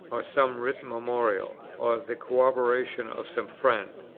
or some written memorial, or the corroboration of some friend.